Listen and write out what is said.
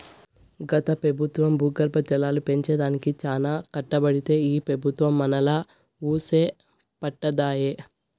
గత పెబుత్వం భూగర్భ జలాలు పెంచే దానికి చానా కట్టబడితే ఈ పెబుత్వం మనాలా వూసే పట్టదాయె